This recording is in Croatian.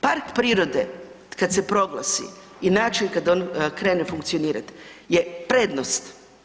Park prirode, kad se proglasi, i način kad on krene funkcionirati je prednost.